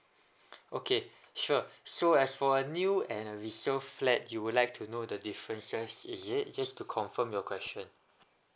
okay sure so as for a new and a resale flat you would like to know the difference just is it just to confirm your question